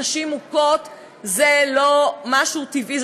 נשים מוכות זה לא משהו טבעי,